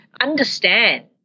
understand